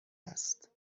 است